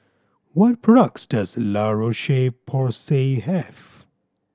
what products does La Roche Porsay have